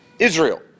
Israel